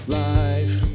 life